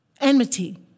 enmity